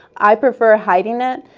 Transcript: i prefer hiding it,